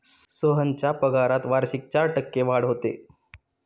सोहनच्या पगारात वार्षिक चार टक्के वाढ होते